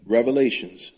Revelations